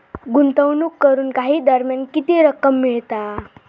गुंतवणूक करून काही दरम्यान किती रक्कम मिळता?